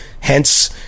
hence